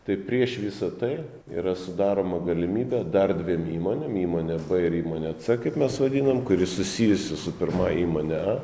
tai prieš visa tai yra sudaroma galimybė dar dviem įmonėm įmonė b ir įmonė c kaip mes vadinam kuri susijusi su pirmąja įmone a